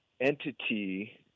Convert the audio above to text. entity